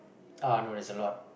uh no there's a lot